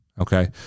Okay